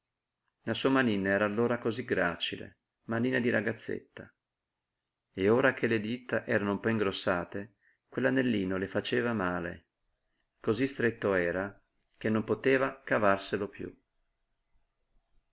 la sua manina era allora cosí gracile manina di ragazzetta e ora che le dita erano un po ingrossate quell'anellino le faceva male cosí stretto era che non poteva cavarselo piú